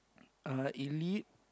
uh elite